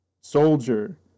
Soldier